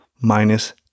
minus